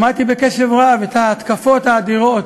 שמעתי בקשב רב את ההתקפות האדירות.